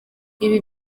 ibi